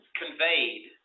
conveyed